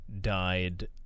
died